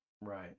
Right